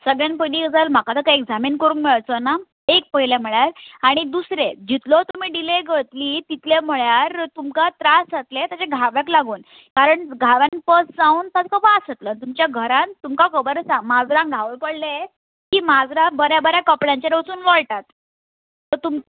सगळ्यान पयली गजाल म्हाका तेका एग्जामीन कोरूंग मेळचो ना एक पयलें म्हळ्यार आनी दुसरें जितलो तुमी डिले करतली तितलें म्हळ्यार तुमकां त्रास जातले तेज्या घाव्याक लागून कारण घाव्यान पस जावन तांकां वास येतलो तुमच्या घरान तुमकां खबर आसा माजरांक घावे पळ्ळे तीं माजरां बऱ्या बऱ्या कपड्यांचेर वचून वळटात सो तुम